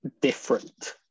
different